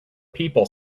people